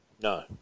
No